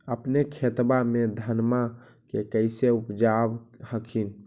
अपने खेतबा मे धन्मा के कैसे उपजाब हखिन?